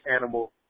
animal